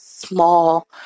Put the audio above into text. small